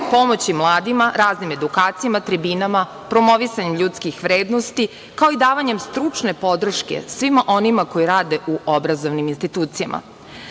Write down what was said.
pomoći mladima, raznim edukacijama, tribinama, promovisanjem ljudskih vrednosti, kao i davanjem stručne podrške svima onima koji rade u obrazovnim institucijama. Prema